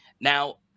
now